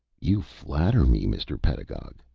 you flatter me, mr. pedagog,